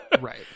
Right